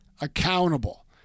accountable